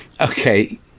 Okay